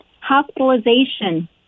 hospitalization